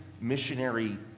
missionary